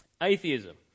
Atheism